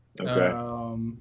Okay